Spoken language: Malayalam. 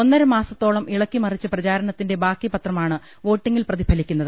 ഒന്നര മാസത്തോളം ഇള ക്കിമറിച്ച പ്രചാരണത്തിന്റെ ബാക്കിപത്രമാണ് വോട്ടിങ്ങിൽ പ്രതി ഫലിക്കുന്നത്